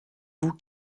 vous